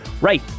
right